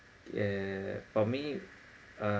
yeah yeah yeah for me uh